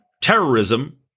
terrorism